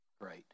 great